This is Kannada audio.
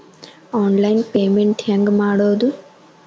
ಆನ್ಲೈನ್ ಪೇಮೆಂಟ್ ಹೆಂಗ್ ಮಾಡೋದು?